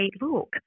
look